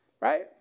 right